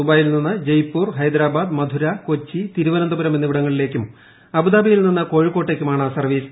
ദൂബായിൽ നിന്ന് ജയ്പൂർ ഹൈദരാബാദ് മധുര കൊച്ചി തിരുവനന്തപുരം എന്നിവിടങ്ങളിലേയ്ക്കും അബുദാബിയിൽ നിന്ന് കോഴിക്കോട്ടേയ്ക്കുമാണ് സർവ്വീസ്